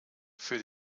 für